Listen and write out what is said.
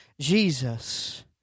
Jesus